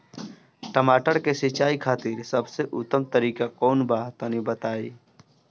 टमाटर के सिंचाई खातिर सबसे उत्तम तरीका कौंन बा तनि बताई?